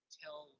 tell